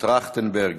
טרכטנברג,